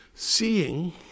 Seeing